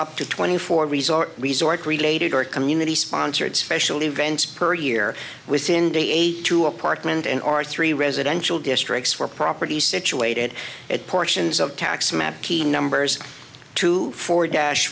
up to twenty four resort resort related or community sponsored special events per year within the a two apartment in our three residential districts where property is situated at portions of tax map key numbers to four dash